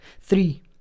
Three